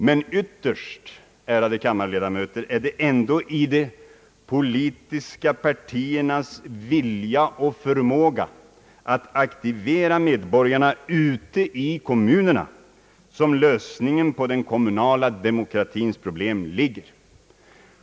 Men ytterst, ärade kammarledamöter, är det ändå i de politiska partiernas vilja och förmåga att aktivera medborgarna ute i kommu nerna som lösningen på den kommunala demokratins problem ligger.